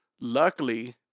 Luckily